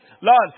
Lord